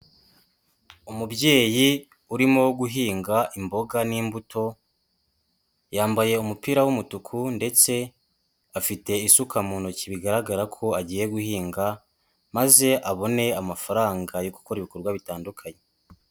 Umubyeyi urimo guhinga imboga n'imbuto yambaye umupira w'umutuku ndetse afite isuka mu ntoki bigaragara ko agiye guhinga maze abone amafaranga yo gukora ibikorwa bitandukanye.